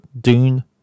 Dune